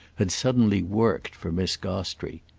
had suddenly worked for miss gostrey.